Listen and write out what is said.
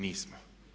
Nismo.